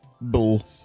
Bull